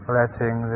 letting